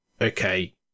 okay